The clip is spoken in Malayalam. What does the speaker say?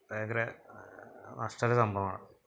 ഭയങ്കര നഷ്ടമുള്ള സംഭവമാണ്